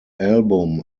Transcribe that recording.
album